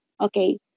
Okay